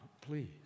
please